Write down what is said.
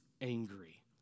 angry